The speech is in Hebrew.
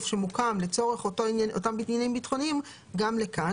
שמוקם לצורך אותם עניינים ביטחוניים גם לכאן,